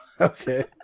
Okay